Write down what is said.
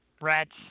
rats